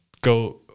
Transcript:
go